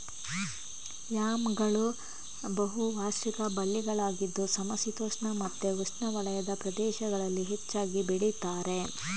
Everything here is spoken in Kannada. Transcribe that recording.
ಯಾಮ್ಗಳು ಬಹು ವಾರ್ಷಿಕ ಬಳ್ಳಿಗಳಾಗಿದ್ದು ಸಮಶೀತೋಷ್ಣ ಮತ್ತೆ ಉಷ್ಣವಲಯದ ಪ್ರದೇಶಗಳಲ್ಲಿ ಹೆಚ್ಚಾಗಿ ಬೆಳೀತಾರೆ